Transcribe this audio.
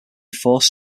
forced